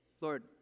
Lord